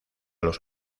los